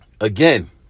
again